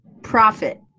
profit